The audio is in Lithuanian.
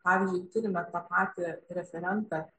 pavyzdžiui turime tą patį referentą